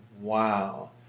Wow